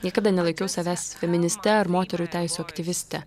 niekada nelaikiau savęs feministe ar moterų teisių aktyviste